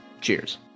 Cheers